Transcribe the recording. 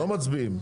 לא מצביעים.